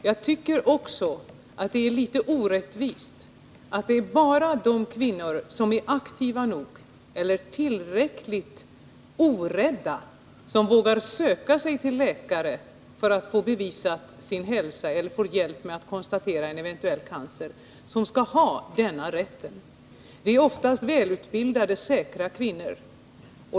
Jag tycker att det är litet orättvist att det bara är de kvinnor som är aktiva nog eller tillräckligt orädda som vågar söka sig till läkare för att få sin hälsa bevisad eller få hjälp med att konstatera en eventuell cancer och som således får denna undersökning. Det är oftast välutbildade, säkra kvinnor.